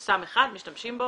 יש סם אחד, משתמשים בו